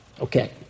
Okay